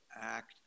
act